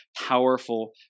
powerful